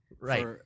Right